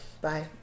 Bye